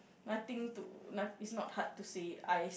nothing to no~ it's not hard to say Ais